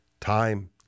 Time